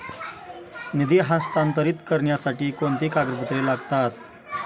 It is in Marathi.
निधी हस्तांतरित करण्यासाठी कोणती कागदपत्रे लागतात?